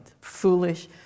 Foolish